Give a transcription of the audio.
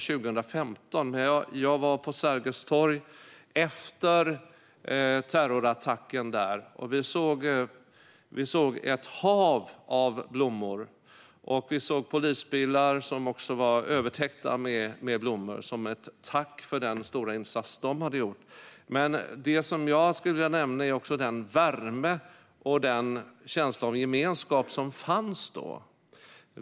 Jag var på Sergels torg efter terrorattacken, och vi såg ett hav av blommor. Vi såg polisbilar, även de övertäckta med blommor som ett tack för den stora insats polisen hade gjort. Det jag skulle vilja nämna är också den värme och den känsla av gemenskap som fanns då.